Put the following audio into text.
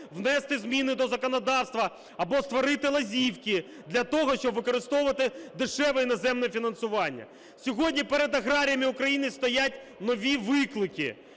внести зміни до законодавства або створити лазівки для того, щоб використовувати дешеве іноземне фінансування". Сьогодні перед аграріями України стоять нові виклики.